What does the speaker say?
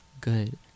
good